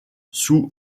sous